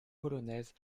polonaise